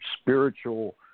spiritual